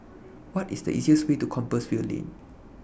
What IS The easiest Way to Compassvale Lane